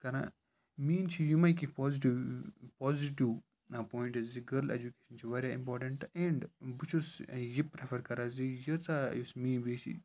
کَران میٲنۍ چھِ یِمَے کیٚنٛہہ پازِٹِو پازِٹِو پویِنٛٹٕز زِ گٔرل اٮ۪جُکیشَن چھِ واریاہ اِمپاٹَنٛٹ اینٛڈ بہٕ چھُس یہِ پرٛٮ۪فَر کَران زِ ییٖژاہ یُس میٛٲنۍ بیٚیہِ چھِ